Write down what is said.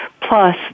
Plus